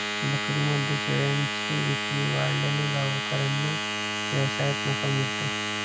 बकरीदमध्ये शेळ्यांची विक्री वाढल्याने गावकऱ्यांना व्यवसायात नफा मिळतो